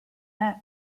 metz